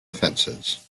fences